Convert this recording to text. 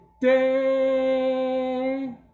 day